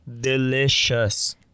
Delicious